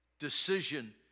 decision